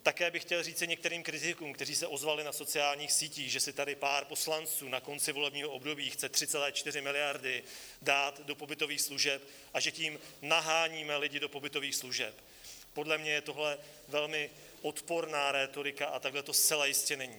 Také bych chtěl říci některým kritikům, kteří se ozvali na sociálních sítích, že si tady pár poslanců na konci volebního období chce 3,4 miliardy dát do pobytových služeb a že tím naháníme lidi do pobytových služeb: Podle mě je tohle velmi odporná rétorika a takhle to zcela jistě není.